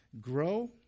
Grow